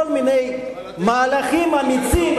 כל מיני מהלכים אמיצים,